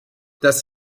das